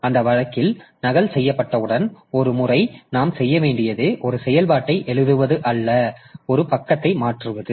அந்த வழக்கில் நகல் செய்யப்பட்டவுடன் ஒரு முறை நாம் செய்ய வேண்டியது ஒரு செயல்பாட்டை எழுதுவது அல்லது ஒரு பக்கத்தை மாற்றுவது